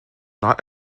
not